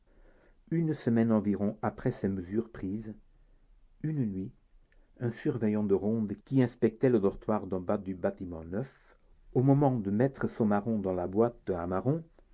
une semaine environ après ces mesures prises une nuit un surveillant de ronde qui inspectait le dortoir d'en bas du bâtiment neuf au moment de mettre son marron dans la boîte à marrons